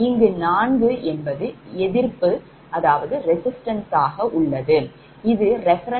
இங்கு 4 என்பது எதிர்ப்பு ஆக உள்ளது இது reference bus